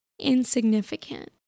insignificant